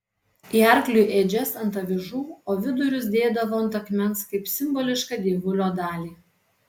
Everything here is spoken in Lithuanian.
į arklių ėdžias ant avižų o vidurius dėdavo ant akmens kaip simbolišką dievulio dalį